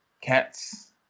cats